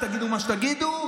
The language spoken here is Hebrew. תגידו מה שתגידו,